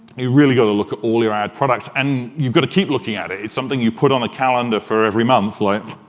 really go to look at all your ad products, and you've got to keep looking at it. something you put on a calendar for every month like,